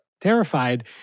terrified